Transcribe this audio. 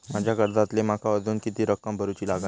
माझ्या कर्जातली माका अजून किती रक्कम भरुची लागात?